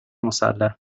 مسلح